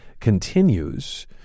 continues